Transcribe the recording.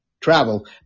travel